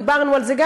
דיברנו גם על זה,